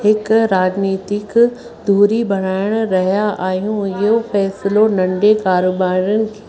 हिक राजनितिक दूरी बणाइणु रहिया आहियूं इहो फैसलो नंढे कारोबारनि